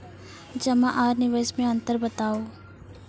जमा आर निवेश मे अन्तर बताऊ?